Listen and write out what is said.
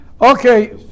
Okay